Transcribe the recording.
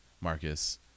Marcus